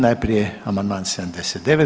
Najprije amandman 79.